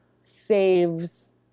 saves